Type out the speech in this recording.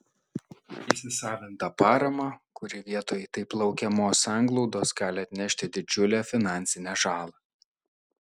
įsisavintą paramą kuri vietoj taip laukiamos sanglaudos gali atnešti didžiulę finansinę žalą